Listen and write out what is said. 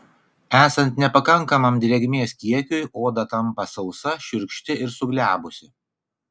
esant nepakankamam drėgmės kiekiui oda tampa sausa šiurkšti ir suglebusi